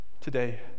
today